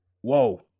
whoa